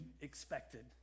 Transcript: expected